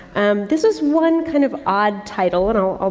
um, this is one kind of odd title, and i'll, i'll,